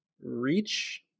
reach